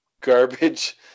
garbage